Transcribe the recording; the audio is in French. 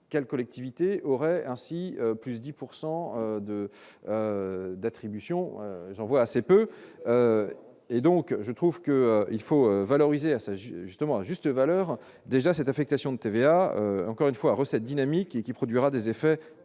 quelles collectivités auraient ainsi plus 10 pourcent de d'attribution, j'en vois assez peu et donc je trouve que il faut valoriser assagi justement juste valeur déjà cette affectation de TVA, encore une fois, recettes, dynamique et qui produira des effets